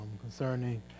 concerning